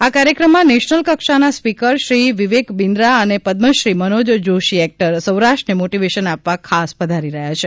આ કાર્યક્રમમાં નેશનલ કક્ષાના સ્પીકર શ્રી વિવેક બિંદ્રા અને પદ્મશ્રી મનોજ જોષી એક્ટર સૌરાષ્ટ્રને મોટીવેશન આપવા ખાસ પધારી રહ્યા છે